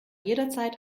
jederzeit